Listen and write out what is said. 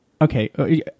Okay